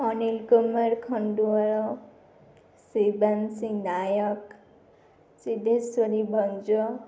Anil Kumar Khandual Shibasingh Nayak Siddheswari Bhanja